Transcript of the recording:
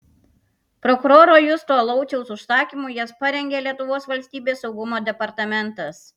prokuroro justo lauciaus užsakymu jas parengė lietuvos valstybės saugumo departamentas